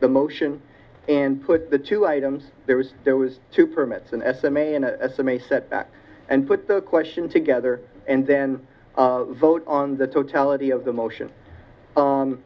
the motion and put the two items there was there was two permits an estimate and put the question together and then vote on the totality of the motion